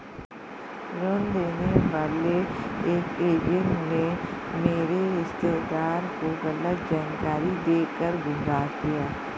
ऋण देने वाले एक एजेंट ने मेरे रिश्तेदार को गलत जानकारी देकर गुमराह किया